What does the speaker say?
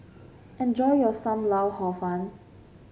enjoy your Sam Lau Hor Fun